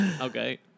Okay